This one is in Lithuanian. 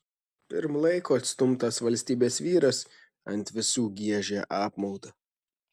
pirm laiko atstumtas valstybės vyras ant visų giežia apmaudą